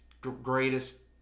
greatest